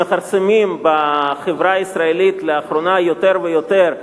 שלאחרונה מכרסמות בחברה הישראלית יותר ויותר,